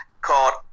called